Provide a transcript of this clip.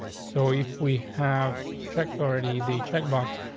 so if we have checked already the check box,